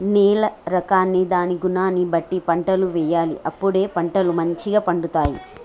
నేల రకాన్ని దాని గుణాన్ని బట్టి పంటలు వేయాలి అప్పుడే పంటలు మంచిగ పండుతాయి